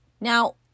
Now